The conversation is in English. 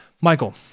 Michael